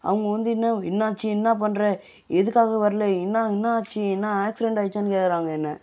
அவங்க வந்து என்ன என்னாச்சி என்ன பண்ணுற எதுக்காக வரல என்ன என்னாச்சி எதனா அக்சிடென்ட் ஆகிட்ச்சான்னு கேட்குறாங்க என்ன